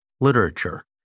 literature